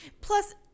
Plus